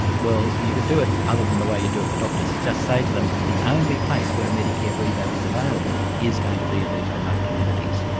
well, you could do it other than the way you do it for doctors. just say to them the only place where a medicare rebate is available is going to be in these remote communities,